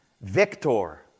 victor